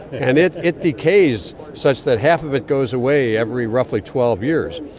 and it it decays such that half of it goes away every roughly twelve years,